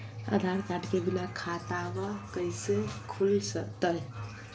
आधार card के बिना खाताबा कैसे खुल तय?